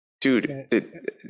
Dude